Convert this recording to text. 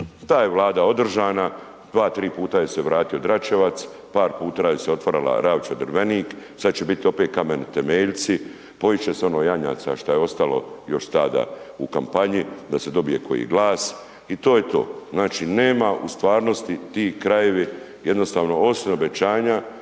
Ta je Vlada održana, 2, 3 puta joj se vratio Dračevac, par puta se otvarala račva Drvenik, sad će bit opet kameni temeljci, poist će se ono janjaca šta je ostalo još stada u kampanji da se dobije koji glas i to je to. Znači nema u stvarnosti, ti krajevi jednostavno osim obećanja,